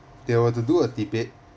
they were to do a debate